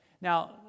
Now